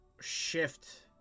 shift